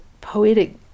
poetic